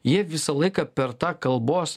jie visą laiką per tą kalbos